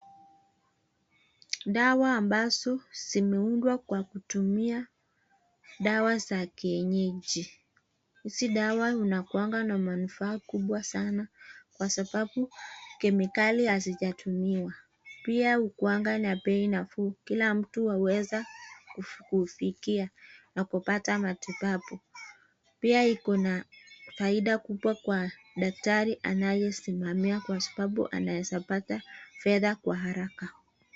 Dawa ambazo zimeundwa kwa kutumia dawa za kienyeji. Hii dawa hukwanga na manufaa kubwa sana kwa sababu kemikali hazijatumiwa. Pia hukwanga na bei nafuu kila mtu aweza kufikia na kupata matibabu. Pia iko na faida kubwa kwa daktari anayesimamia kwa sababu anaweza pata fedha kwa haraka.